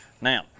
Now